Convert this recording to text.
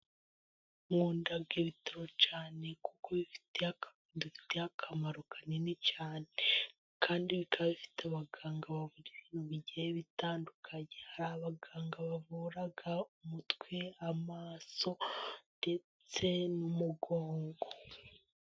Nkunda ibitaro cyane kuko bifite bidufitiye akamaro kanini cyane kandi bikaba bifite abaganga bavura ibintu bijyiye bitandukanye. Hari abaganga bavura umutwe, amaso ndetse n'umugongo.